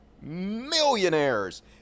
millionaires